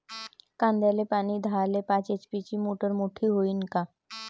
कांद्याले पानी द्याले पाच एच.पी ची मोटार मोटी व्हईन का?